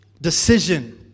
decision